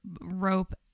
Rope